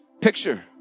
picture